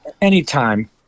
Anytime